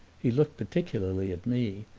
he looked particularly at me,